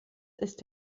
ist